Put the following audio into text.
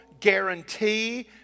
guarantee